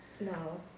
No